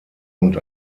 und